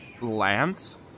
Lance